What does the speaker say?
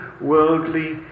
worldly